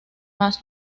más